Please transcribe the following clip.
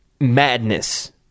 madness